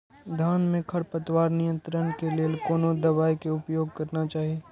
धान में खरपतवार नियंत्रण के लेल कोनो दवाई के उपयोग करना चाही?